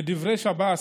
לדברי שב"ס,